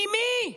ממי?